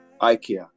IKEA